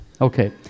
Okay